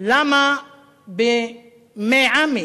למה במי-עמי,